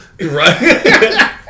Right